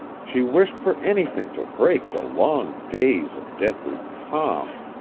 she wished for anything to break the long days of deadly calm.